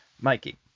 Mikey